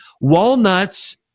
Walnuts